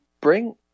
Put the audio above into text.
bring